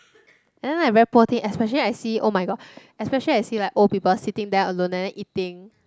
and then like very poor thing especially I see oh-my-god especially I see like old people sitting there alone and then eating